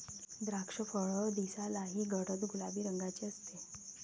द्राक्षफळ दिसायलाही गडद गुलाबी रंगाचे असते